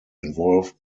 involved